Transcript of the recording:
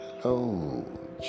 Hello